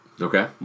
Okay